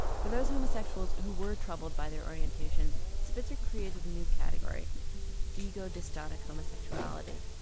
for those homosexuals who were troubled by their orientation, spitzer created a new category ego-dystonic homosexuality.